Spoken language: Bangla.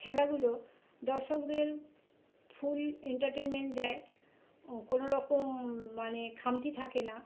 খেলাগুলো দর্শকদের ফুল এন্টারটেনমেন্ট দেয় কোনো রকম মানে খামতি থাকে না